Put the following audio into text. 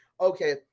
Okay